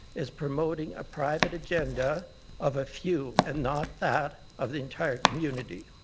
is promoting a private agenda of a few and not that of the entire community.